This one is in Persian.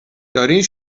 دارین